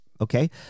okay